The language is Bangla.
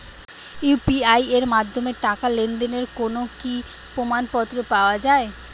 ইউ.পি.আই এর মাধ্যমে টাকা লেনদেনের কোন কি প্রমাণপত্র পাওয়া য়ায়?